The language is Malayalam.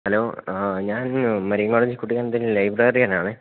ഹലോ ഞാൻ മരിയൻ കോളേജിലെ കുട്ടികളുടെ ലൈബ്രെറിയനാണേ